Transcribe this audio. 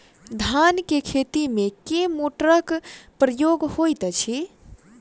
धान केँ खेती मे केँ मोटरक प्रयोग होइत अछि?